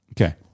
Okay